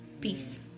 Peace